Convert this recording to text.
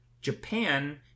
Japan